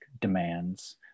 demands